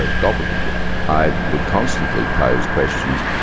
ah gobbledygook. i would constantly pose questions.